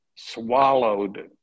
swallowed